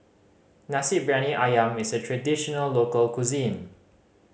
Nasi Briyani Ayam is a traditional local cuisine